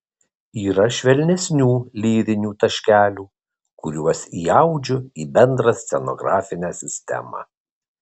yra švelnesnių lyrinių taškelių kuriuos įaudžiu į bendrą scenografinę sistemą